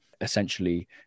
essentially